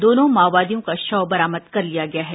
दोनों माओवादियों का शव बरामद कर लिया गया है